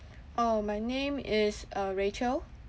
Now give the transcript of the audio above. orh my name is uh rachel